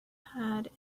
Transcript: had